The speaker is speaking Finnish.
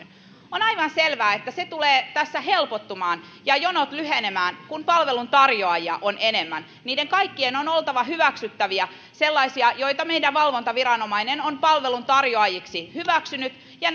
on aivan selvää että se tulee tässä helpottumaan ja jonot lyhenemään kun palveluntarjoajia on enemmän niiden kaikkien on oltava hyväksyttäviä sellaisia joita meidän valvontaviranomaisemme on palveluntarjoajiksi hyväksynyt ja